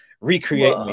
Recreate